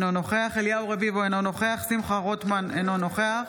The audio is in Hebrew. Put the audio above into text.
אינו נוכח אליהו רביבו, בעד שמחה רוטמן, אינו נוכח